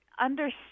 Understand